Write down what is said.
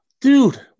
dude